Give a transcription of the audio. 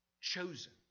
Chosen